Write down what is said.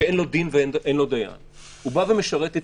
שאין לו דין ואין לו דיין הוא בא ומשרת את